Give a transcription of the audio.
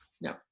No